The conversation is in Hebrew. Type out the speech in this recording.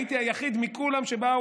הייתי היחיד מכולם שבא,